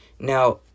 Now